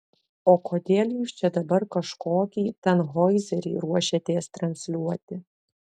o kodėl jūs čia dabar kažkokį tanhoizerį ruošiatės transliuoti